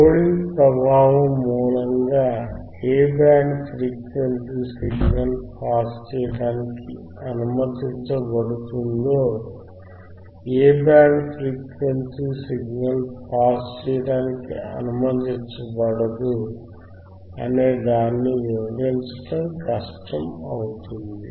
loading ప్రభావం మూలముగా ఏ బ్యాండ్ ఫ్రీక్వెన్సీ సిగ్నల్ పాస్ చేయడానికి అనుమతించబడుతుందో ఏ బ్యాండ్ ఫ్రీక్వెన్సీ సిగ్నల్ పాస్ చేయడానికి అనుమతించబడదు అనే దానిని వివరించడం కష్టం అవుతుంది